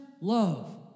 love